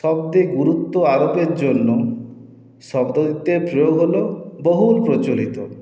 শব্দে গুরুত্ব আরোপের জন্য শব্দদ্বৈতের প্রয়োগ হল বহুল প্রচলিত